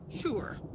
sure